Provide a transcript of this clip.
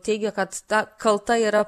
teigia kad ta kalta yra